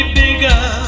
bigger